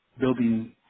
building